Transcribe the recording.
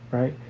right.